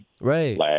Right